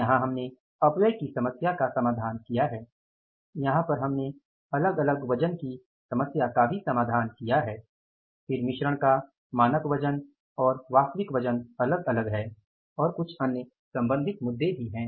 यहाँ हमने अपव्यय की समस्या का समाधान किया है यहाँ पर हमने अलग अलग वजन की समस्या का भी समाधान किया है फिर मिश्रण का मानक वजन और वास्तविक वजन अलग अलग है और कुछ अन्य संबंधित मुद्दे भी हैं